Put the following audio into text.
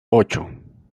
ocho